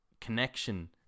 connection